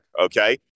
Okay